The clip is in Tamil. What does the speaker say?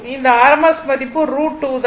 இந்த RMS மதிப்பு 2√ தான்